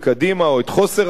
או את חוסר העמדות.